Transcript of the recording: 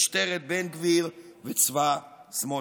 משטרת בן גביר וצבא סמוטריץ'.